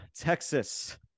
Texas